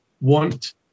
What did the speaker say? want